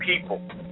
people